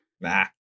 nah